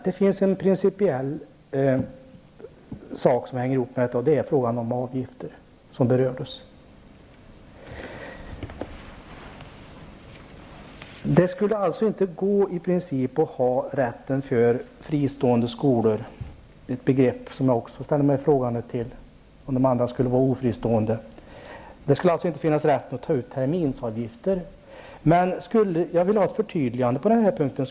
Det finns en principiell fråga som hänger ihop med detta, och det är frågan om avgifter, som tidigare berördes. Fristående skolor -- jag ställer mig frågande till begreppet; skulle de andra skolorna vara ofristående? -- skulle i princip inte ha rätten att ta ut terminsavgifter. Jag vill ha ett förtydligande på den här punkten.